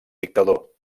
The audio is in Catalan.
dictador